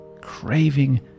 craving